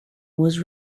was